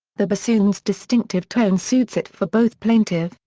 the bassoon's distinctive tone suits it for both plaintive,